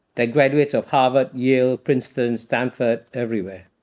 the graduates of harvard, yale, princeton, stanford, everywhere.